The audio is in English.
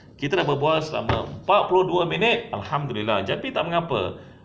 kita dah berbual selama empat puluh dua minit alhamdulillah jadi tak mengapa